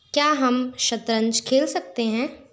क्या हम शतरंज खेल सकते हैं